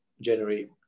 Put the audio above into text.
generate